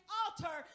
altar